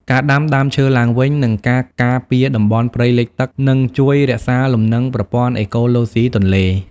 ការដាំដើមឈើឡើងវិញ និងការការពារតំបន់ព្រៃលិចទឹក នឹងជួយរក្សាលំនឹងប្រព័ន្ធអេកូឡូស៊ីទន្លេ។